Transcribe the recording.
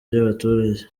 by’abaturage